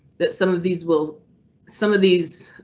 that some of these will some of these.